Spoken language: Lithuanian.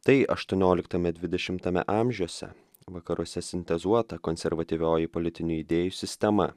tai aštuonioliktame dvidešimtame amžiuose vakaruose sintezuota konservatyvioji politinių idėjų sistema